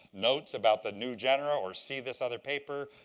notes about the new genera or see this other paper.